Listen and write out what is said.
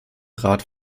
rat